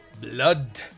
Blood